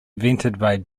david